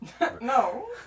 No